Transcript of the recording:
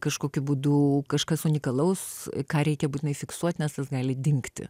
kažkokiu būdu kažkas unikalaus ką reikia būtinai fiksuoti nes gali dingti